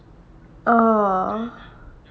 ah